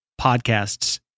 podcasts